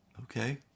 Okay